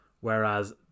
whereas